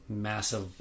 massive